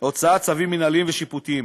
הוצאת צווים מינהליים ושיפוטיים,